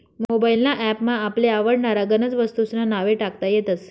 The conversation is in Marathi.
मोबाइल ना ॲप मा आपले आवडनारा गनज वस्तूंस्ना नावे टाकता येतस